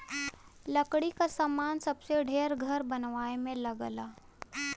लकड़ी क सामान सबसे ढेर घर बनवाए में लगला